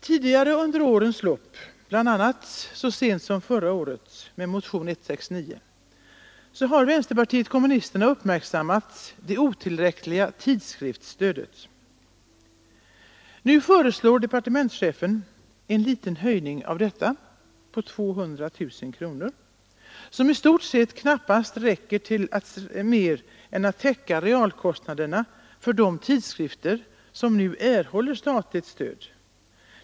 Tidigare under årens lopp — bl.a. så sent som förra året i motionen 169 — har vänsterpartiet kommunisterna uppmärksammat det otillräckliga tidskriftsstödet. Nu föreslår departementschefen en liten höjning av detta med 200 000 kronor, vilket i stort sett knappast räcker till mer än att täcka realkostnadsökningarna för de tidskrifter som nu erhåller statligt stöd.